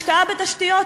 השקעה בתשתיות,